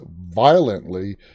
violently